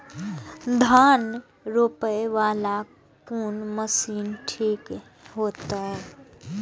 धान रोपे वाला कोन मशीन ठीक होते?